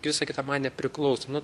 visa kita man nepriklauso nu